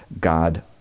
god